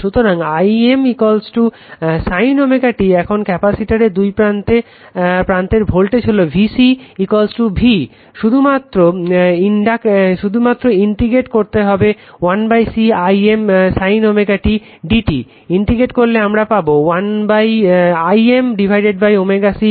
সুতরাং I m sin ω t এখন ক্যাপাসিটরের দুই প্রান্তের ভোল্টেজ হলো VC V শুধু মাত্র ইনট্রিগ্রেট করতে হবে 1C I m sin ω t dt integrate করলে আমরা পাবো I mω C cos ω t